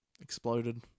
exploded